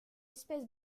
espèce